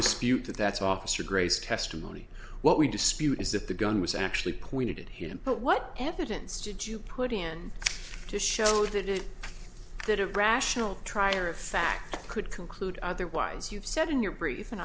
dispute that that's officer grace testimony what we dispute is that the gun was actually pointed at him but what evidence did you put in to show that it did have rational trier of fact could conclude otherwise you've said in your brief and